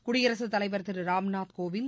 குடியரசுத் தலைவர் திருராம்நாத் கோவிந்த்